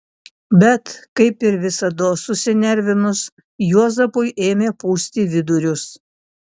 bet kaip ir visados susinervinus juozapui ėmė pūsti vidurius